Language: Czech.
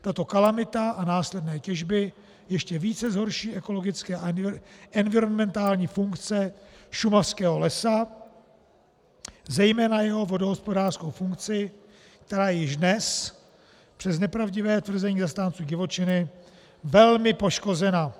Tato kalamita a následné těžby ještě více zhorší ekologické a environmentální funkce šumavského lesa, zejména jeho vodohospodářskou funkci, která je již dnes, přes nepravdivé tvrzení zastánců divočiny, velmi poškozena.